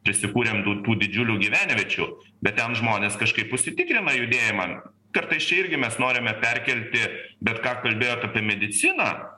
prisikūrėm tų tų didžiulių gyvenviečių bet ten žmonės kažkaip užsitikrina judėjimą kartais čia irgi mes norime perkelti bet ką kalbėjot apie mediciną